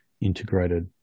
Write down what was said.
integrated